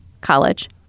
COLLEGE